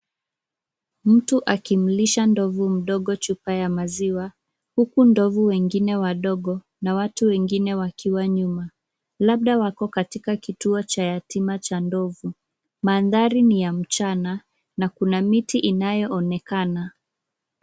Mtu akimlisha ndovu mdogo chupa ya maziwa, huku ndovu wengine wadogo, na watu wengine wakiwa nyuma, labda wako katika kituo cha yatima cha ndovu. Mandhari ni ya mchana, na kuna miti inayoonekana.